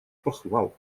похвал